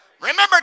Remember